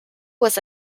was